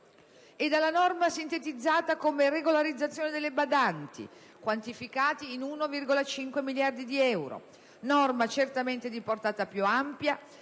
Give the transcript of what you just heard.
la norma sintetizzata come regolarizzazione delle badanti, quantificata in 1,5 miliardi di euro, norma certamente di portata più ampia,